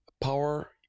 power